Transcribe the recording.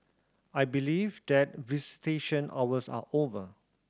I believe that visitation hours are over